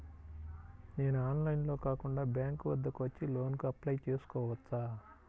నేను ఆన్లైన్లో కాకుండా బ్యాంక్ వద్దకు వచ్చి లోన్ కు అప్లై చేసుకోవచ్చా?